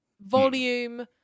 Volume